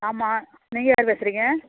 ஆமாம் நீங்கள் யார் பேசுறீங்க